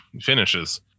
finishes